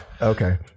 Okay